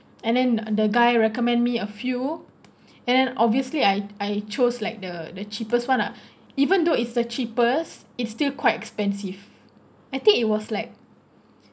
and then the guy recommend me a few and obviously I I chose like the the cheapest one lah even though it's the cheapest it still quite expensive I think it was like